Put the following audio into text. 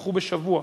נדחו בשבוע,